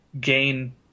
gain